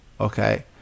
Okay